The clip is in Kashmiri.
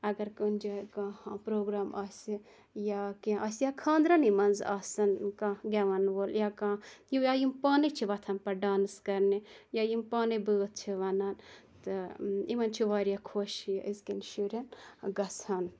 اگر کُنہِ جایہِ کانٛہہ پروگرام آسہِ یا کینٛہہ آسہِ یا کھاندرَنے منٛز آسَن کانٛہہ گٮ۪وَن وول یا کانٛہہ یا یِم پانے چھِ وۄتھان پَتہ ڈانِس کَرنہِ یا یِم پانے بٲتھ چھِ وَنان تہ یِمَن چھُ واریاہ خۄش یہِ أزکٮ۪ن شُرٮ۪ن گَژھان